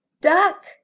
duck